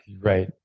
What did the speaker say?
right